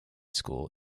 school